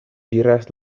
diras